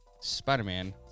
Spider-Man